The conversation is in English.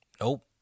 nope